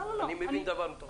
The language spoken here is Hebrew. אני מבין מהר דבר מתוך דבר.